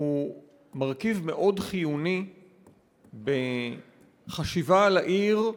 הוא מרכיב מאוד חיוני בחשיבה על העיר,